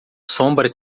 sombra